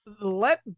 Let